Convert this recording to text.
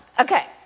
Okay